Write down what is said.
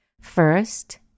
First